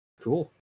Cool